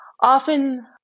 often